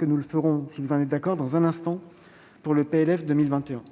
Mais nous le ferons, si vous en êtes d'accord, dans un instant, pour la prévision